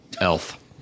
elf